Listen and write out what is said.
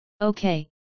Okay